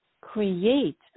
create